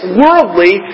worldly